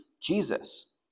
Jesus